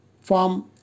form